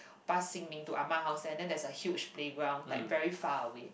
past Xin-min to Ah-Ma house there then there's a huge playground like very far away